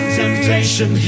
temptation